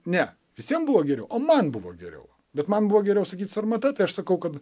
ne visiem buvo geriau o man buvo geriau bet man buvo geriau sakyt sarmata tai aš sakau kad